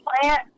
plant